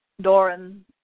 Doran